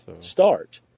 start